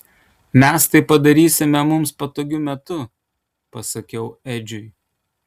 mes tai padarysime mums patogiu metu pasakiau edžiui